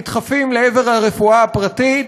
נדחפים לעבר הרפואה הפרטית,